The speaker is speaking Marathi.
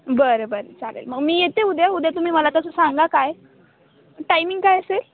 बरं बरं चालेल मग मी येते उद्या उद्या तुम्ही मला तसं सांगा काय टायमिंग काय असेल